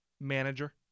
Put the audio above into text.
Manager